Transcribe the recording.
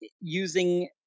using